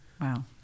Wow